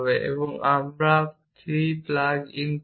এখন যদি আমি 3 প্লাগ ইন করি